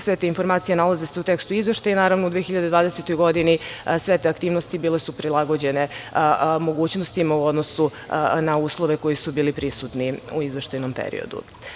Sve te informacije nalaze se u tekstu izveštaja, i naravno u 2020. godini sve te aktivnosti bile su prilagođene mogućnostima, u odnosu na uslove koji su bili prisutni u izveštajnom periodu.